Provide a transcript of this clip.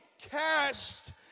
cast